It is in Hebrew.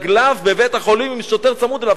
ברגליו בבית-החולים עם שוטר צמוד אליו,